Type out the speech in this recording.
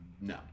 no